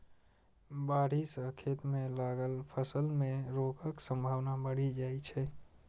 बाढ़ि सं खेत मे लागल फसल मे रोगक संभावना बढ़ि जाइ छै